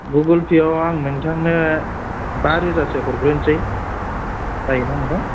Google फेयाव आं नोंथांनो बा रोजासो हरग्रोनोसै जायोना नोंथां